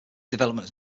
development